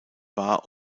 war